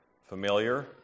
familiar